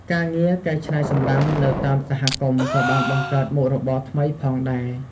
ការងារកែច្នៃសំរាមនៅតាមសហគមន៍ក៏បានបង្កើតមុខរបរថ្មីផងដែរ។